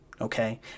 Okay